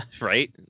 Right